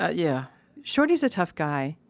ah yeah shorty's a tough guy.